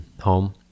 home